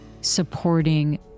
supporting